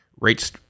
rates